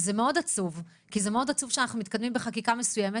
זה מאוד עצוב כי זה מאוד עצוב שאנחנו מתקדמים בחקיקה מסוימת,